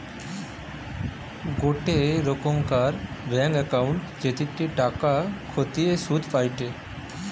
গোটে রোকমকার bank account জেটিতে টাকা খতিয়ে শুধ পায়টে